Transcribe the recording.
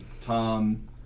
Tom